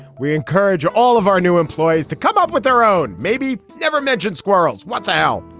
we encourage all of our new employees to come up with their own maybe never mentioned squirrels what's out.